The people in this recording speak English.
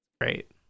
Great